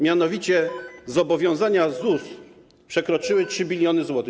Mianowicie zobowiązania ZUS przekroczyły 3 bln zł.